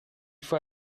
faut